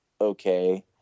okay